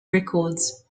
records